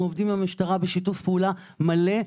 אנחנו עובדים עם המשטרה בשיתוף פעולה מלא,